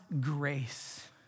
grace